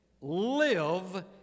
Live